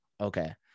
okay